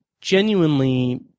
genuinely